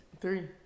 Three